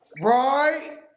Right